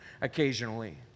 occasionally